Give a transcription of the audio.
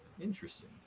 Interesting